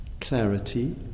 clarity